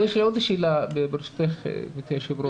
יש לי עוד שאלה, ברשותך גבירתי היו"ר.